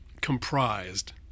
comprised